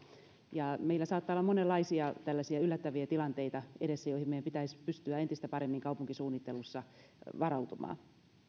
ja meillä saattaa olla monenlaisia tällaisia yllättäviä tilanteita edessä joihin meidän pitäisi pystyä entistä paremmin kaupunkisuunnittelussa varautumaan